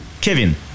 Kevin